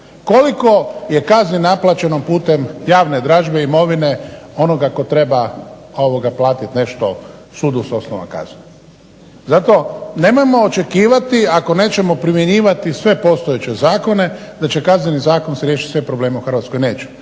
Koliko je kazni naplaćeno putem javne dražbe imovine onoga tko treba platiti nešto sudu s osnova kazne? Zato nemojmo očekivati ako nećemo primjenjivati sve postojeće zakone da će Kazneni zakon riješiti sve probleme u Hrvatskoj. Neće,